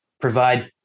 provide